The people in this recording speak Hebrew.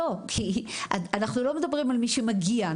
אנחנו לא מדברים על מי שמגיע,